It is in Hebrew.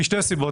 בשל שתי סיבות.